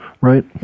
right